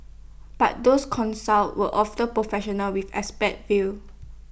but those consulted were often professionals with expert views